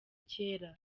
kera